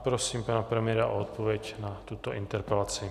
Prosím pana premiéra o odpověď na tuto interpelaci.